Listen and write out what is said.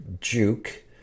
Juke